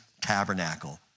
tabernacle